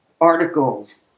articles